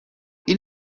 این